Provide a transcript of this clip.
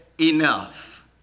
enough